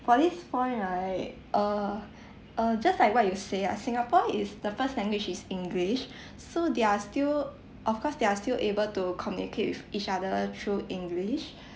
for this point right uh uh just like what you say ah singapore is the first language is english so they are still of course they are still able to communicate with each other through english